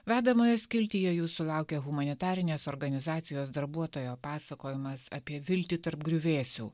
vedamojo skiltyje jų sulaukė humanitarinės organizacijos darbuotojo pasakojimas apie viltį tarp griuvėsių